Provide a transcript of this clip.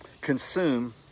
consume